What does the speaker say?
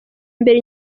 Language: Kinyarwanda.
mbere